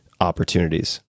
opportunities